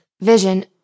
Vision